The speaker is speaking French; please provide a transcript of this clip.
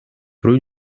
rue